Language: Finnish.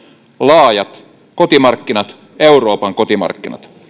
laajat kotimarkkinat euroopan kotimarkkinat